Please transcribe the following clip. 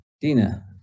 Dina